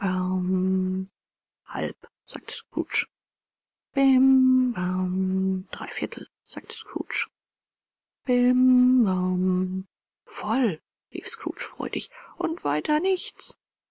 sagte scrooge bim baum drei viertel sagte scrooge bim baum voll rief scrooge freudig und weiter nichts